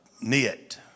knit